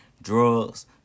Drugs